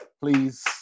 Please